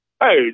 Hey